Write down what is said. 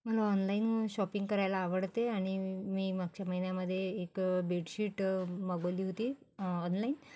मला online shopping करायला आवडते आणि मी मागच्या महिन्यामध्ये एक बेडशीट मागवली होती ऑनलाईन